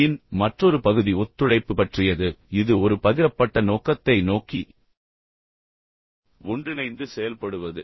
யின் மற்றொரு பகுதி ஒத்துழைப்பு பற்றியது இது ஒரு பகிரப்பட்ட நோக்கத்தை நோக்கி ஒன்றிணைந்து செயல்படுவது